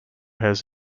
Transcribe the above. has